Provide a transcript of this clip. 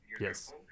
Yes